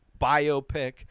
biopic